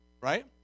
Right